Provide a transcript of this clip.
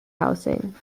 housing